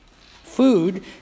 food